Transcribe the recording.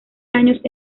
años